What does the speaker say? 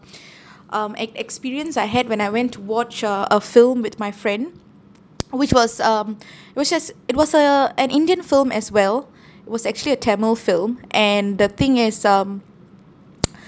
um ex~ experience I had when I went to watch uh a film with my friend which was um which is it was a an indian film as well it was actually a tamil film and the thing is um